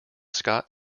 scott